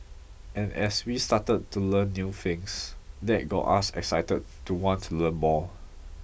and as we started to learn new things that got us excited to want to learn more